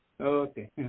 Okay